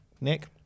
Nick